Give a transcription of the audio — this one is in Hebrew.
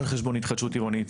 על חשבון התחדשות עירונית,